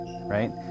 right